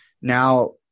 Now